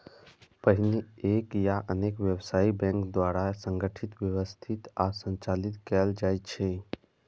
पहिने एक या अनेक व्यावसायिक बैंक द्वारा एकरा संगठित, व्यवस्थित आ संचालित कैल जाइ छै